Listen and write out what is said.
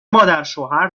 مادرشوهر